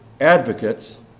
advocates